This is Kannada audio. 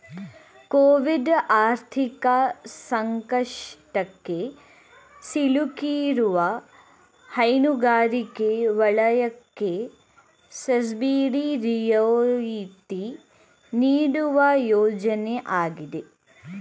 ಕೋವಿಡ್ ಆರ್ಥಿಕ ಸಂಕಷ್ಟಕ್ಕೆ ಸಿಲುಕಿರುವ ಹೈನುಗಾರಿಕೆ ವಲಯಕ್ಕೆ ಸಬ್ಸಿಡಿ ರಿಯಾಯಿತಿ ನೀಡುವ ಯೋಜನೆ ಆಗಿದೆ